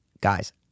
guys